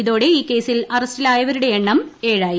ഇതോടെ ഈ കേസിൽ അറസ്റ്റിലായവരുടെ എണ്ണം ഏഴായി